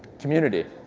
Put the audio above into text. community.